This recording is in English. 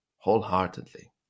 wholeheartedly